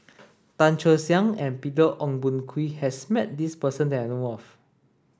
Tan Che Sang and Peter Ong Boon Kwee has met this person that I know of